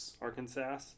Arkansas